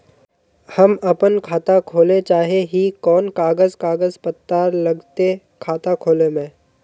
हम अपन खाता खोले चाहे ही कोन कागज कागज पत्तार लगते खाता खोले में?